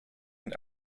and